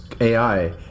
AI